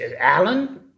alan